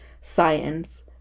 science